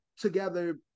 together